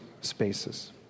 spaces